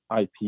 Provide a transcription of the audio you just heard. IP